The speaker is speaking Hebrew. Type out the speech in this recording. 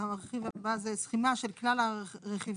הרכיב הבא זה סכימה של כלל הרכיבים,